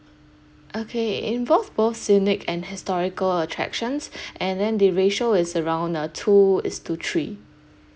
okay it involve both scenic and historical attractions and then the ratio is around uh two is to three